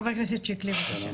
חבר הכנסת שיקלי בבקשה.